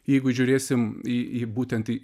jeigu žiūrėsim į į būtent į